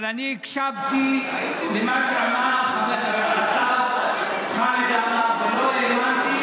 אבל אני הקשבתי למה שאמר השר חמד עמאר ולא האמנתי